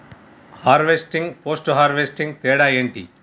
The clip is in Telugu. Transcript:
హార్వెస్టింగ్, పోస్ట్ హార్వెస్టింగ్ తేడా ఏంటి?